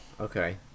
okay